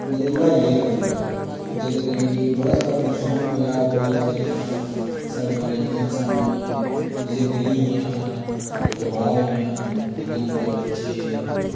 मतलब लाइये रक्खूड़ेया जेह्दे कन्नै की बड़ा सारा नुकसान होया बड़ी सारियां साढ़िया जेह्की इंसानी जिंदगी जियां ओह् तबाह होइयां निक्के निक्के बच्चे